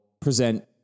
present